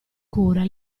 cura